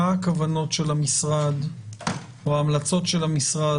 מה הכוונות של המשרד או ההמלצות של המשרד